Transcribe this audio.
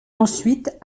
ensuite